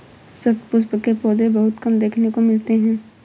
शतपुष्प के पौधे बहुत कम देखने को मिलते हैं